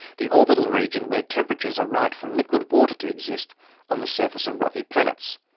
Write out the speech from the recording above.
the orbital region where temperatures are right for liquid water to exist on the surface of rocky planets,